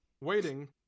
waiting